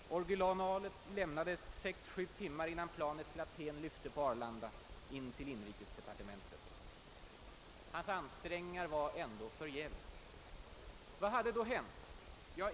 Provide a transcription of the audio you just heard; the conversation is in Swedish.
Originalet lämnades 6—7 timmar innan planet till Aten lyfte från Arlanda in till inrikesdepartementet. Hans ansträngningar var ändå förgäves. Vad hade då hänt?